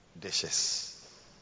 dishes